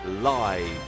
live